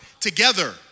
together